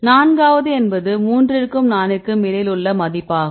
நான்காவது என்பது மூன்றுக்கும் நான்கிற்கும் இடையிலுள்ள மதிப்பாகும்